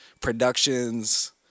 productions